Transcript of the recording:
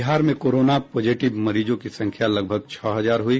बिहार में corona positive मरीजों की संख्या लगभग छह हजार हुई